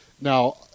Now